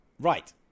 Right